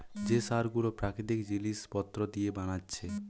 যে সার গুলো প্রাকৃতিক জিলিস পত্র দিয়ে বানাচ্ছে